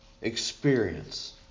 experience